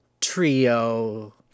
trio